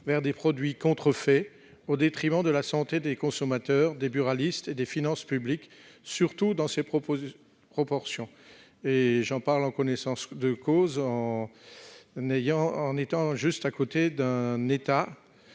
vers des produits contrefaits, au détriment de la santé des consommateurs, des buralistes et des finances publiques, surtout dans ces proportions. J'en parle en connaissance de cause, puisque l'État